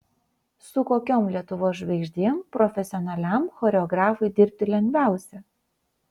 su kokiom lietuvos žvaigždėm profesionaliam choreografui dirbti lengviausia